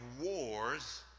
wars